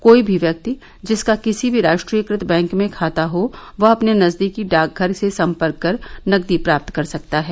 कोई भी व्यक्ति जिसका किसी भी राष्ट्रीयकृत बैंक में खाता हो वह अपने नजदीकी डाकघर से संपर्क कर नकदी प्राप्त कर सकता है